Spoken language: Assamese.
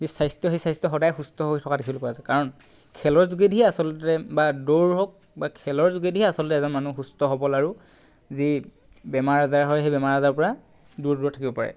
যি স্বাস্থ্য সেই স্বাস্থ্য সদায় সুস্থ হৈ থকা দেখিবলৈ পোৱা যায় কাৰণ খেলৰ যোগেদিহে আচলতে বা দৌৰ হওক বা খেলৰ যোগেদিহে আচলতে এজন মানুহৰ সুস্থ সবল আৰু যি বেমাৰ আজাৰ হয় সেই বেমাৰ আজাৰৰ পৰা দূৰত দূৰত থাকিব পাৰে